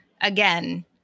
Again